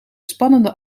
spannende